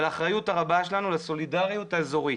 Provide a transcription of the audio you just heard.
לאחריות הרבה שלנו ולסולידריות האזורית.